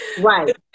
Right